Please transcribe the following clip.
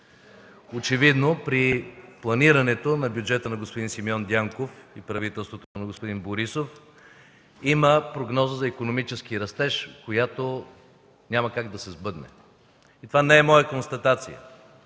Очевидно при планирането на бюджета на господин Симеон Дянков и правителството на господин Борисов има прогноза за икономически растеж, която няма как да се сбъдне. Това не е моя констатация.